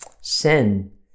Sin